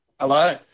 Hello